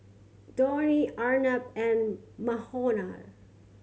Dhoni Arnab and Manohar